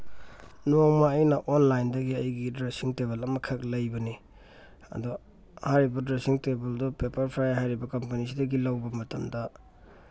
ꯅꯣꯡꯃ ꯑꯩꯅ ꯑꯣꯟꯂꯥꯏꯟꯗꯒꯤ ꯑꯩꯒꯤ ꯗ꯭ꯔꯦꯁꯤꯡ ꯇꯦꯕꯜ ꯑꯃꯈꯛ ꯂꯩꯕꯅꯤ ꯑꯗꯣ ꯍꯥꯏꯔꯤꯕ ꯗ꯭ꯔꯦꯁꯤꯡ ꯇꯦꯕꯜꯗꯨ ꯄꯦꯄꯔ ꯐ꯭ꯔꯥꯏ ꯍꯥꯏꯔꯤꯕ ꯀꯝꯄꯅꯤꯁꯤꯗꯒꯤ ꯂꯧꯕ ꯃꯇꯝꯗ